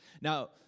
Now